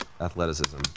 athleticism